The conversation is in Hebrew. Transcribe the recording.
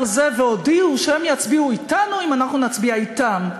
זה והודיעו שהם יצביעו אתנו אם אנחנו נצביע אתם.